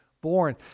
born